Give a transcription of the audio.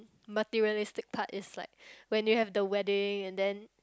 materialistic part is like when you have the wedding and then